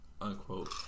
Unquote